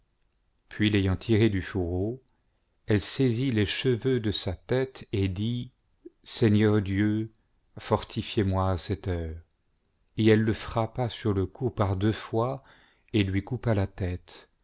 puis l'ayant tirée du fourreau elle saisit les cheveux de sa tête et dit seigneur dieu fortifiez moi à cette heure et elle le frappa sur le cou par deux fois et lui coupa la tête